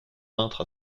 peintre